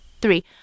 three